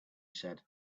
said